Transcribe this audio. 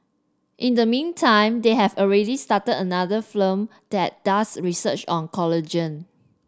in the meantime they have already started another firm that does research on collagen